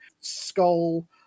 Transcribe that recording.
skull